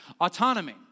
autonomy